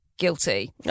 guilty